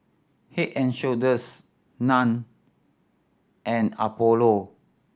Head and Shoulders Nan and Apollo